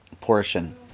portion